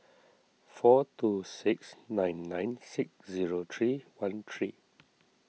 four two six nine nine six zero three one three